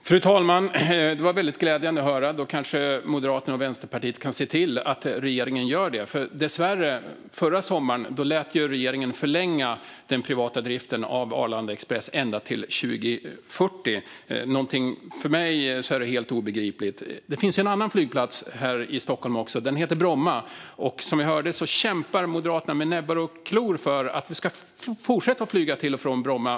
Fru talman! Det var glädjande att höra. Då kanske Moderaterna och Vänsterpartiet kan se till att regeringen gör något. Dessvärre lät regeringen förra sommaren förlänga den privata driften av Arlanda Express ända till 2040, något som för mig är helt obegripligt. Det finns en annan flygplats här i Stockholm. Den heter Bromma flygplats, och som vi hörde kämpar Moderaterna med näbbar och klor för att vi ska fortsätta flyga till och från Bromma.